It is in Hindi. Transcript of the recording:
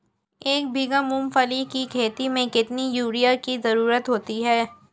एक बीघा मूंगफली की खेती में कितनी यूरिया की ज़रुरत होती है?